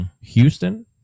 Houston